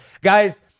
Guys